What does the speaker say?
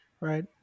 right